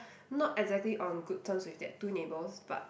not exactly on good terms with that two neighbours but